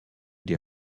des